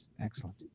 excellent